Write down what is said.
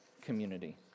community